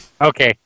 Okay